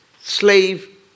slave